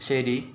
ശരി